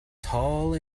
tall